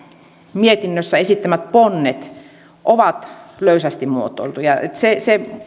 mietinnössä esittämät ponnet ovat löysästi muotoiltuja se